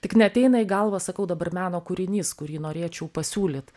tik neateina į galvą sakau dabar meno kūrinys kurį norėčiau pasiūlyt